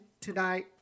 tonight